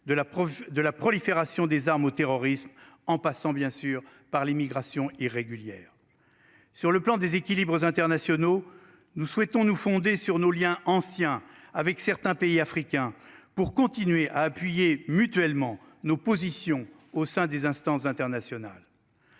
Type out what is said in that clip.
de la prolifération des armes au terrorisme en passant bien sûr par l'immigration irrégulière. Sur le plan des équilibres internationaux. Nous souhaitons nous fonder sur nos Liens anciens avec certains pays africains pour continuer à appuyer mutuellement nos positions au sein des instances internationales.